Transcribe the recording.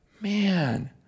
man